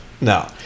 No